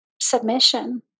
submission